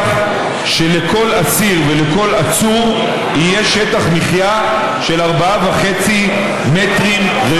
שלכל אסיר ולכל עצור יהיה שטח מחיה של 4.5 מ"ר.